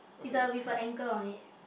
is a with a anchor on it